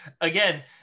Again